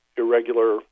Irregular